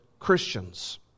Christians